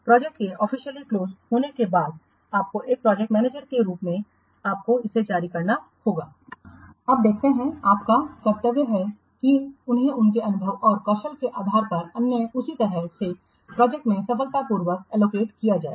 project के officially close होने के बाद बाद आपको एक प्रोजेक्ट मैनेजर के रूप में आपको उन्हें जारी करना होगा और यह देखना आपका कर्तव्य है कि उन्हें उनके अनुभव और कौशल के आधार पर अन्य उसी तरह के प्रोजेक्ट में सफलतापूर्वक आवंटित किया जाए